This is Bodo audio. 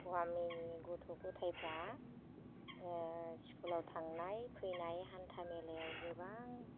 गामिनि गथ' गथायफ्रा स्कुलाव थांनाय फैनाय हान्था मेलायाव गोबां